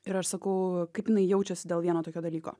ir sakau kaip jinai jaučiasi dėl vieno tokio dalyko